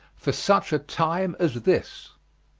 for such a time as this.